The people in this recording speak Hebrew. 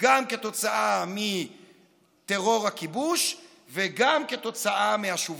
גם כתוצאה מטרור הכיבוש וגם כתוצאה מהשוביניזם.